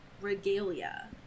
regalia